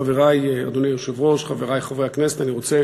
חברי, אדוני היושב-ראש, חברי חברי הכנסת, אני רוצה